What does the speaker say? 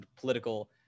political